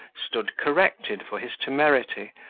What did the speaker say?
stood corrected for his temerity,